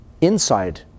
inside